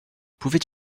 pouvait